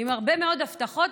עם הרבה מאוד הבטחות,